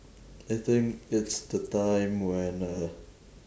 I think it's the time when uh